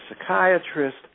psychiatrist